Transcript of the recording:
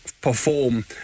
perform